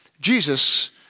Jesus